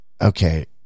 okay